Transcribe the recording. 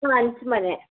ಹಾಂ ಹಂಚ್ ಮನೆ